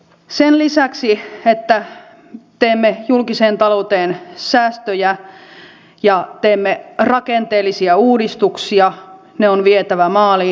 sen lisäksi että teemme julkiseen talouteen säästöjä ja teemme rakenteellisia uudistuksia ne on vietävä maaliin